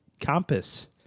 compass